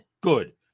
Good